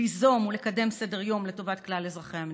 ליזום ולקדם סדר-יום לטובת כלל אזרחי המדינה,